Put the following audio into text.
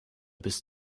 bist